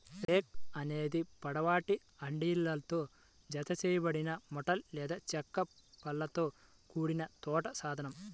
rake అనేది పొడవాటి హ్యాండిల్తో జతచేయబడిన మెటల్ లేదా చెక్క పళ్ళతో కూడిన తోట సాధనం